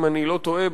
אם אני לא טועה,